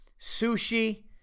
sushi